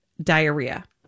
Diarrhea